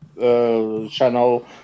channel